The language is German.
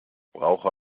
brauche